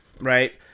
right